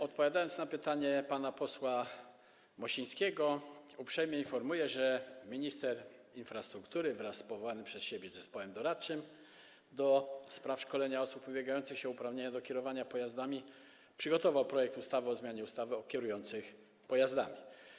Odpowiadając na pytanie pana posła Mosińskiego, uprzejmie informuję, że minister infrastruktury wraz z powołanym przez siebie Zespołem doradczym do spraw szkolenia osób ubiegających się o uprawnienia do kierowania pojazdami przygotował projekt ustawy o zmianie ustawy o kierujących pojazdami.